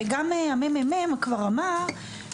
וגם הממ"מ כבר ציין בדו"ח,